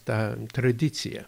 tą tradiciją